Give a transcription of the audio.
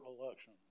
election